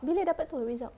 bila dapat tu results